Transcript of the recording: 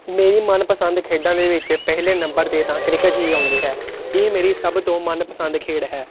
ਮੇਰੀ ਮਨਪਸੰਦ ਖੇਡਾਂ ਦੇ ਵਿੱਚ ਪਹਿਲੇ ਨੰਬਰ 'ਤੇ ਤਾਂ ਕ੍ਰਿਕਟ ਹੀ ਆਉਂਦੀ ਹੈ ਇਹ ਮੇਰੀ ਸਭ ਤੋਂ ਮਨ ਪਸੰਦ ਖੇਡ ਹੈ